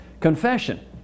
confession